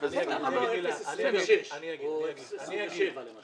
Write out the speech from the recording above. למה לא 0.26% או 0.27%, למשל?